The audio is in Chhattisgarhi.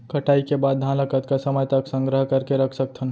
कटाई के बाद धान ला कतका समय तक संग्रह करके रख सकथन?